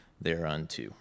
Thereunto